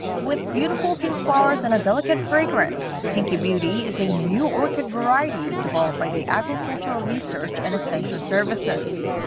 with beautiful pink flowers and a delicate fragrance, pinky beauty is a new orchid variety developed by the agricultural research and extension services.